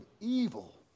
evil